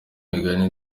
imigani